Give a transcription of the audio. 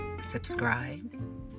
Subscribe